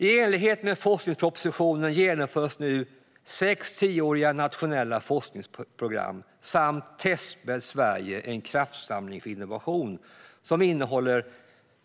I enlighet med forskningspropositionen genomförs nu sex tioåriga nationella forskningsprogram samt Testbädd Sverige - kraftsamling för innovation, som innehåller